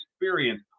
experience